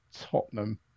Tottenham